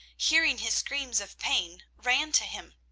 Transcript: hearing his screams of pain, ran to him.